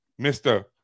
Mr